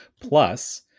plus